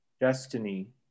Destiny